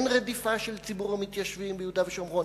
אין רדיפה של ציבור המתיישבים ביהודה ושומרון,